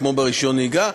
כמו ברישיון נהיגה,